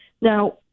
Now